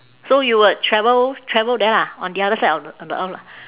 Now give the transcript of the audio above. so you would travel travel there lah on the other side of of the earth